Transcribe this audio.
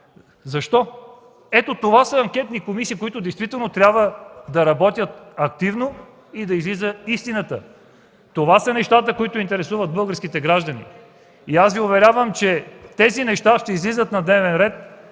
Защо? Ето това са анкетни комисии, които действително трябва да работят активно и да излиза истината. Това са нещата, които интересуват българските граждани, и аз Ви уверявам, че тези неща ще излизат на